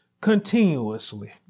continuously